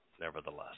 nevertheless